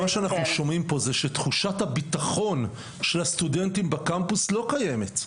מה שאנחנו שומעים פה זה שתחושת הבטחון של הסטודנטים בקמפוס לא קיימת.